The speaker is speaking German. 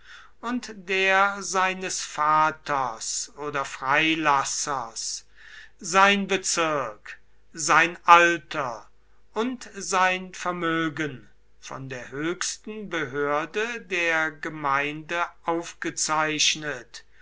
und der seines vaters oder freilassers sein bezirk sein alter und sein vermögen von der höchsten behörde der gemeinde aufgezeichnet